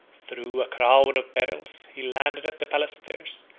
through a crowd of perils, he landed at the palace-stairs,